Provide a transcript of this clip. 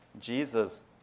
Jesus